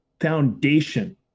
foundation